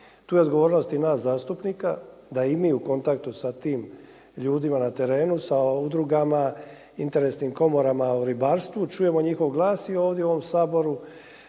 Tu je odgovornost i nas zastupnika, da i mi u kontaktu sa tim ljudima na terenu, sa udrugama, interesnim komorama u ribarstvu, čujemo njihov glas i ovdje u ovom Saboru